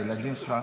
הילדים שלך.